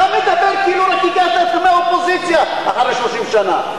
אתה מדבר כאילו הגעת מהאופוזיציה אחרי 30 שנה.